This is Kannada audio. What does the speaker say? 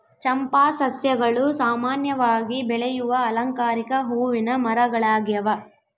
ಚಂಪಾ ಸಸ್ಯಗಳು ಸಾಮಾನ್ಯವಾಗಿ ಬೆಳೆಯುವ ಅಲಂಕಾರಿಕ ಹೂವಿನ ಮರಗಳಾಗ್ಯವ